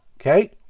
okay